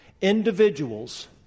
individuals